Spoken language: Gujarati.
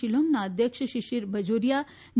શિલોંગના અધ્યક્ષ શિશિર બજોરીયા જે